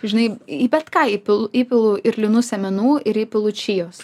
žinai į bet ką įpilu įpilu ir linų sėmenų ir įpilu čijos